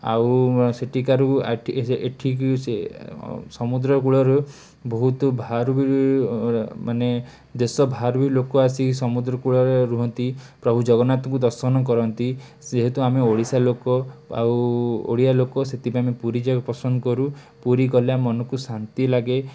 ଆଉ ସେଠିକାରୁ ଏଠିକି ସେ ସମୁଦ୍ରକୂଳରୁ ବହୁତ ମାନେ ଦେଶ ବାହାରୁବି ଲୋକ ଆସି ସମୁଦ୍ରକୂଳରେ ରୁହନ୍ତି ପ୍ରଭୁଜଗନ୍ନାଥଙ୍କୁ ଦର୍ଶନ କରନ୍ତି ଯେହେତୁ ଆମେ ଓଡ଼ିଶାଲୋକ ଆଉ ଓଡ଼ିଆଲୋକ ସେଥିପାଇଁ ଆମେ ପୁରୀ ଯିବାକୁ ପସନ୍ଦକରୁ ପୁରୀ ଗଲେ ମନକୁ ଶାନ୍ତି ଲାଗେ